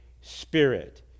spirit